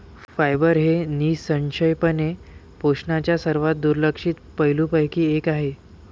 fibre हे निःसंशयपणे पोषणाच्या सर्वात दुर्लक्षित पैलूंपैकी एक आहे